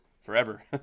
forever